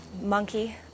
monkey